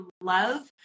love